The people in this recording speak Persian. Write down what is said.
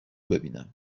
ببینم